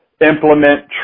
implement